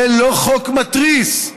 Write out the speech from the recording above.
זה לא חוק מתריס,